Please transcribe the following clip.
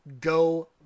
Go